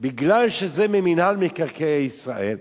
בגלל שזה ממינהל מקרקעי ישראל,